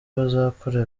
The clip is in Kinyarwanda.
bazakora